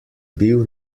bil